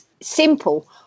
simple